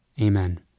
Amen